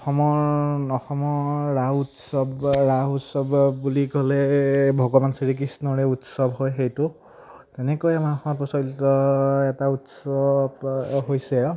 অসমৰ অসমৰ ৰাস উৎসৱ ৰাস উৎসৱ বুলি ক'লে ভগৱান শ্ৰীকৃষ্ণৰে উৎসৱ হয় সেইটো তেনেকৈ আমাৰ অসমৰ প্ৰচলিত এটা উৎসৱ হৈছে আৰু